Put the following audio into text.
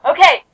Okay